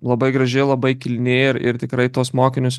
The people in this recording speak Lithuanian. labai graži labai kilni ir ir tikrai tuos mokinius